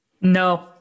No